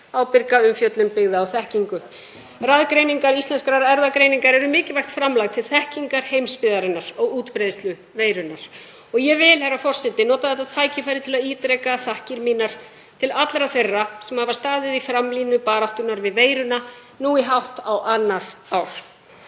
ábyrga umfjöllun byggða á þekkingu. Raðgreiningar Íslenskrar erfðagreiningar eru mikilvægt framlag til þekkingar heimsbyggðarinnar á útbreiðslu veirunnar. Ég vil, herra forseti, nota þetta tækifæri til að ítreka þakkir mínar til allra þeirra sem hafa staðið í framlínu í baráttunni við veiruna nú í hátt á annað ár.